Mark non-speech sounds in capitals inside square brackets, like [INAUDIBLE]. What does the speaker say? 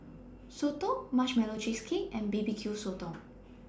Soto Marshmallow Cheesecake and B B Q Sotong [NOISE]